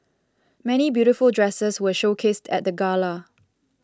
many beautiful dresses were showcased at the gala